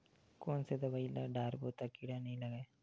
कोन से दवाई ल डारबो त कीड़ा नहीं लगय?